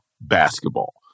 basketball